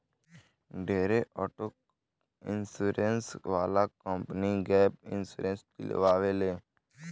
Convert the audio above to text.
ढेरे auto insurance वाला company gap insurance दियावे ले